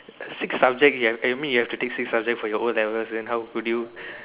six subject you've I mean you have to take six subject for your O-levels then how could you